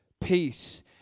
peace